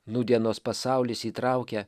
nūdienos pasaulis įtraukia